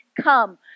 come